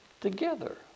together